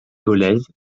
dolez